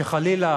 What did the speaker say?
וחלילה